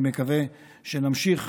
אני מקווה שנמשיך